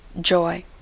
joy